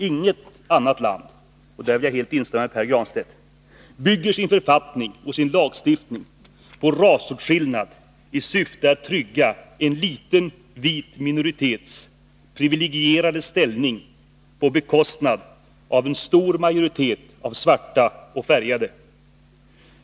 Inget annat land — däri instämmer jag helt med Pär Granstedt — bygger sin författning och sin lagstiftning på rasåtskillnad i syfte att trygga en liten vit minoritets privilegierade ställning på bekostnad av en stor majoritet av svarta och färgade.